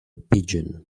pigeon